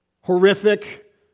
horrific